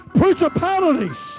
principalities